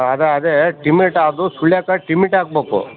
ಅದು ಅದೇ ಟಿಮೆಟಾ ಅದು ಸುಳಿಯಾಕ ಟಿಮಿಟ ಹಾಕ್ಬಕು